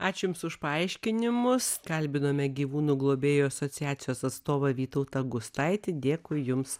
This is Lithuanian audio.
ačiū jums už paaiškinimus kalbinome gyvūnų globėjų asociacijos atstovą vytautą gustaitį dėkui jums